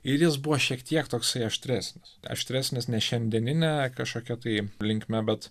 ir jis buvo šiek tiek toksai aštresnis aštresnis nei šiandieninė kažkokia tai linkme bet